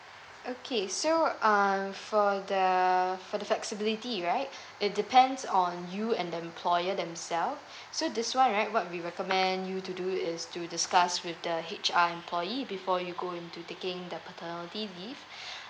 okay so um for the for the flexibility right it depends on you and the employer themselves so this one right what we recommend you to do is to discuss with the H_R employee before you go into taking the paternity leave